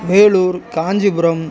Vellore Kanchipuram